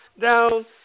down